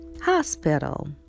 hospital